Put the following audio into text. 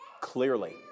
clearly